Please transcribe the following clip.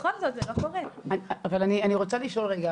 אני רוצה לשאול רגע,